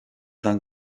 d’un